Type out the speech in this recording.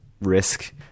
risk